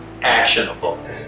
actionable